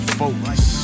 focus